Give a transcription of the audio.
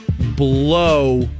blow